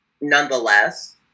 nonetheless